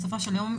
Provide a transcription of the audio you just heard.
בסופו של יום,